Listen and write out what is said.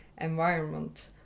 environment